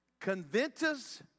Conventus